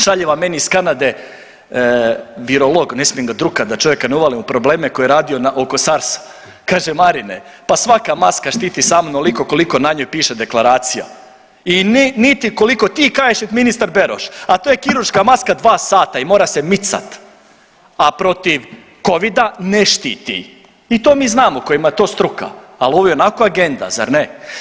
Šalje vam meni iz Kanade virolog, ne smijem ga drukati da čovjeka ne uvalim u probleme koji je radio oko sarsa, kaže Marine pa svaka maska štiti samo onoliko koliko na njoj piše deklaracija i niti koliko ti kažeš niti ministar Beroš, a to je kirurška maska dva sata i mora se micat, a protiv covida ne štiti i to mi znamo kojima je to struka, ali ovo je ionako agenda zar ne?